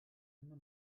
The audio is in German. immer